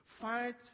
Fight